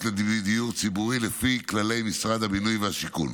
לדיור ציבורי לפי כללי משרד הבינוי והשיכון.